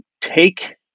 take